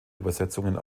übersetzungen